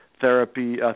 Therapy